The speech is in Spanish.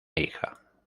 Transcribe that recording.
hija